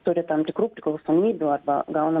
turi tam tikrų priklausomybių arba gauna